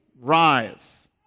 rise